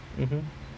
mmhmm